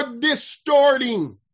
distorting